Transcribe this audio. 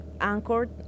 anchored